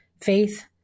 faith